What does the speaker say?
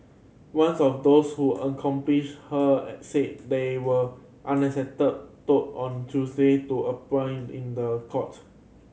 once of those who accomplish her said they were unexpected told on Tuesday to in the court